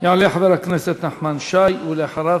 יעלה חבר הכנסת נחמן שי, ואחריו